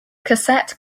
cassette